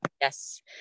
Yes